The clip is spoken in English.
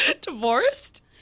Divorced